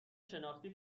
شناختی